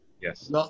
yes